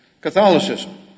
Catholicism